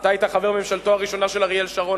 אתה היית חבר בממשלתו הראשונה של אריאל שרון,